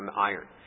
iron